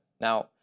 Now